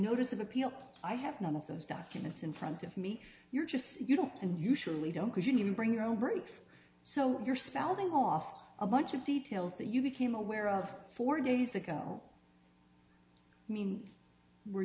notice of appeal i have none of those documents in front of me you're just you don't and usually don't because when you bring your own birth so you're spouting off a bunch of details that you became aware of four days ago i mean were